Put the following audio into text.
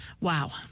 wow